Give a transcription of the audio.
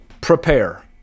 prepare